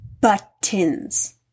buttons